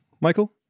Michael